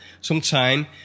sometime